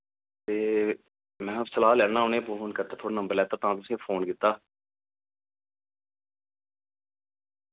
ते महा सलाह् लैना उ'ने फोन करता थोआड़ा नंबर लैता तां तुसें फोन कीत्ता